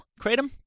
Kratom